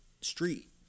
street